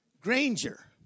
Granger